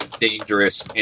dangerous